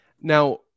Now